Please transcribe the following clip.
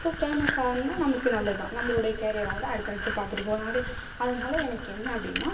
so famous ஆனால் நமக்கு நல்லதுதான் நம்பளுடைய கேரியரை வந்து அடுத்து அடுத்து பார்த்துட்டு போகலாம் அப்டேயே அதனால் எனக்கு என்ன அப்படின்னா